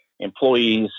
employees